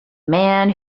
man